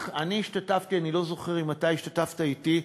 אני השתתפתי, אני לא זוכר אם אתה השתתפת אתי,